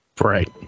Right